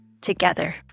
together